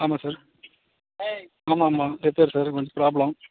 ஆமாம் சார் ஆமாம் ஆமாம் ரிப்பேர் சார் கொஞ்சம் ப்ராப்ளம்